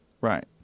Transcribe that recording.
Right